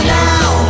now